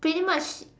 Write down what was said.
pretty much